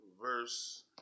verse